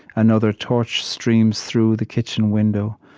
another torch streams through the kitchen window,